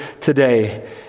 today